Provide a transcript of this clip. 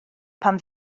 pan